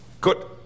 Good